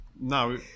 No